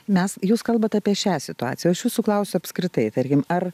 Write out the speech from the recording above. mes jūs kalbat apie šią situaciją o aš jūsų klausiu apskritai tarkim ar